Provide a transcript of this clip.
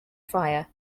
fire